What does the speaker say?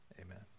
amen